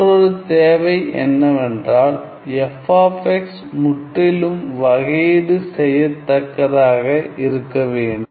மற்றொரு தேவை என்னவென்றால் f முற்றிலும் வகையீடு செய்யத்தக்கதாக இருக்கவேண்டும்